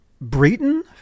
breton